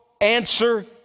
answer